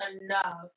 enough